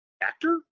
actor